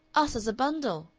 us as a bundle!